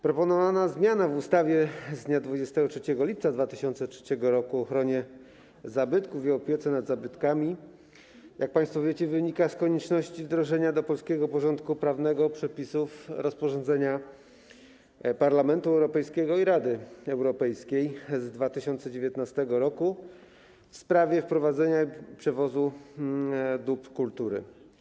Proponowana zmiana w ustawie z dnia 23 lipca 2003 r. o ochronie zabytków i opiece nad zabytkami, jak państwo wiecie, wynika z konieczności wdrożenia do polskiego porządku prawnego przepisów rozporządzenia Parlamentu Europejskiego i Rady Europejskiej z 2019 r. w sprawie wprowadzania i przewozu dóbr kultury.